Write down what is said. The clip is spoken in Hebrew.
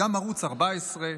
ערוץ 14,